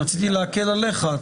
אני רציתי להקל עליך.